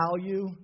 value